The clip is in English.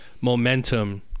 momentum